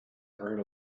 earn